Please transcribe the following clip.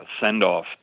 send-off